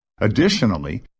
Additionally